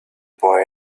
boy